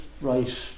right